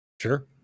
Sure